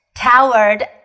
towered